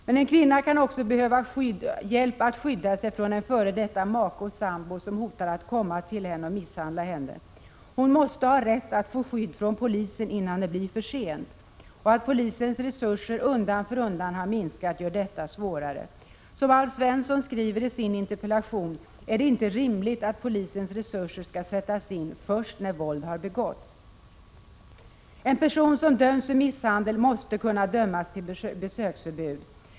Men en kvinna kan också behöva hjälp för att skydda sig mot en f. d. make eller sambo som hotar att komma till henne och misshandla henne. Hon måste ha rätt att få skydd från polisen, innan det blir för sent. Men polisens resurser har undan för undan minskat, och det gör detta svårare. Som Alf Svensson säger i sin interpellation är det inte rimligt att polisens resurser skall sättas in först när våld har begåtts. En person som har dömts för misshandel måste kunna dömas till besöksförbud.